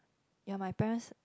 ya my parents